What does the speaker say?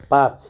पाँच